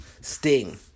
Sting